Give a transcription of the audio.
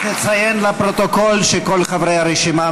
חנין זועבי,